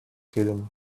hidden